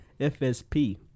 FSP